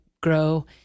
grow